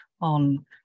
on